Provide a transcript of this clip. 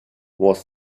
was